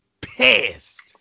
pissed